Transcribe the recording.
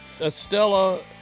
Estella